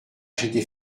j’étais